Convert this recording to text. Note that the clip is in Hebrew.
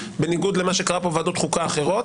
בניגוד למה שקרה בוועדות חוקה אחרות